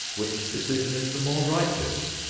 which decision is the more righteous,